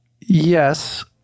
Yes